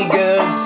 good